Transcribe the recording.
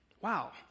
wow